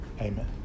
amen